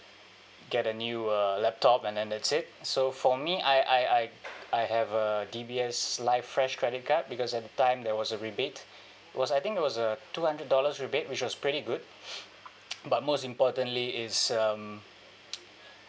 get a new uh laptop and then that's it so for me I I I have a D_B_S live fresh credit card because at the time there was a rebate was I think it was a two hundred dollars rebate which was pretty good but most importantly is um